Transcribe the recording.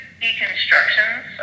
deconstructions